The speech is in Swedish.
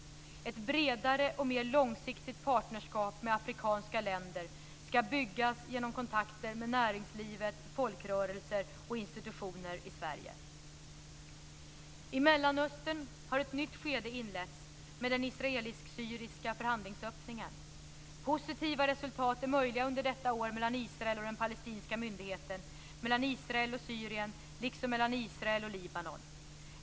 Ett bredare och mer långsiktigt partnerskap med afrikanska länder ska byggas genom kontakter med näringslivet, folkrörelser och institutioner i Sverige. I Mellanöstern har ett nytt skede inletts med den israelisk-syriska förhandlingsöppningen. Positiva resultat är möjliga under detta år mellan Israel och den palestinska myndigheten, mellan Israel och Syrien liksom mellan Israel och Libanon.